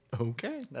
Okay